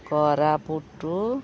Koraput